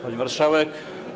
Pani Marszałek!